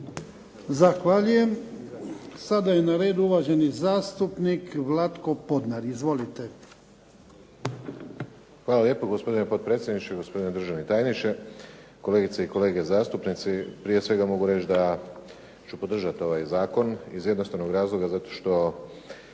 Zahvaljujem. Sada je na redu uvaženi zastupnik Vlatko Podnar. Izvolite. **Podnar, Vlatko (SDP)** Hvala lijepo gospodine potpredsjedniče, gospodine državni tajniče, kolegice i kolege zastupnici. Prije svega mogu reći da ću podržati ovaj zakon iz jednostavnog razloga zato što